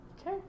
Okay